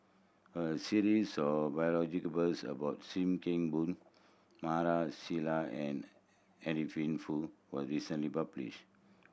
a series of about Sim Kee Boon Maarof Salleh and Adeline Foo was recently published